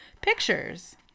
pictures